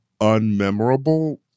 unmemorable